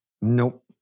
Nope